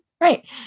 Right